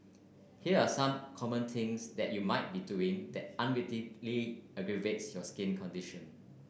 here are some common things that you might be doing that unwittingly aggravates your skin condition